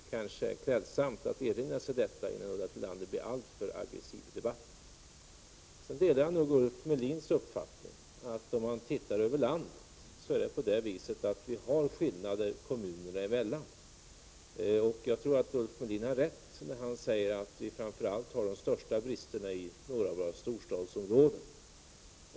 Det vore klädsamt om Ulla Tillander erinrade sig detta innan hon blir alltför aggressiv i debatten. Jag delar nog Ulf Melins uppfattning att det finns skillnader mellan kommunerna i landet. Jag tror att Ulf Melin har rätt när han säger att de största bristerna finns framför allt i några av storstadsområdena.